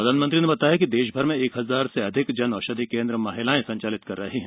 प्रधानमंत्री ने बताया कि देशभर में एक हजार से अधिक जन औषधि केन्द्र महिलाएं संचालित कर रही हैं